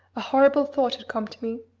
a horrible thought had come to me.